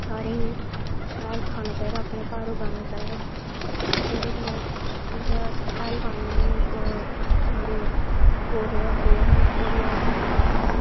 सारेंगी शाल खाना चाही दा अपने घर उगाना चाही दा जेह्दे कन्नै जियां अस हैल पान्ने होन्ने ओह्दी गौ दा गोवर होंदा ओह्दा हैल पान्ने होने अस